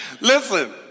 listen